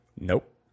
nope